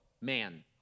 man